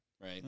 right